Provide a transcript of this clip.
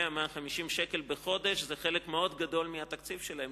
סכום של 100 150 שקל בחודש זה חלק מאוד גדול מהתקציב שלהם,